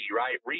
right